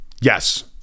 Yes